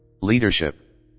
Leadership